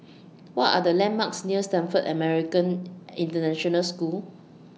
What Are The landmarks near Stamford American International School